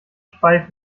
schweif